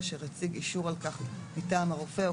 אשר הציג אישור על כך מטעם הרופא או